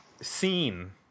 scene